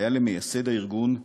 והיה מייסד הארגון,